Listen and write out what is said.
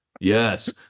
Yes